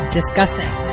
discussing